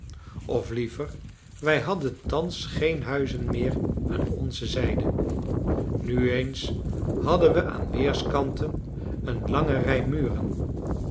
of liever wij hadden thans geen huizen meer aan onze zijde nu eens hadden we aan weerskanten een lange rij muren